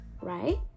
right